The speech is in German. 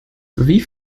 wie